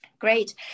Great